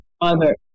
mother